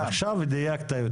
אוקיי, עכשיו דייקת יותר.